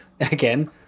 again